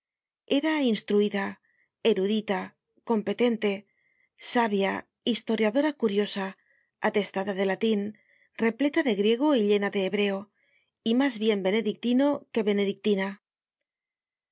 era instruida erudita competente sabia historiadora curiosa atestada de latin repleta de griego y llena de hebreo y mas bien benedictino que benedictina